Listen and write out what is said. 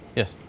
Yes